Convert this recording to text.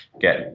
get